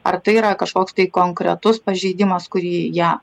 ar tai yra kažkoks tai konkretus pažeidimas kurį jie